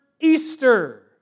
Easter